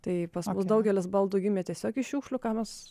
tai pas mus daugelis baldų gimė tiesiog iš šiukšlių ką mes